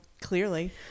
clearly